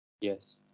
Yes